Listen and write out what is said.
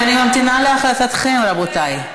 דקה, רבותיי.